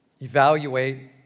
evaluate